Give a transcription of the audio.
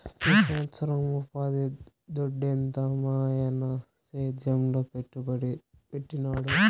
ఈ సంవత్సరం ఉపాధి దొడ్డెంత మాయన్న సేద్యంలో పెట్టుబడి పెట్టినాడు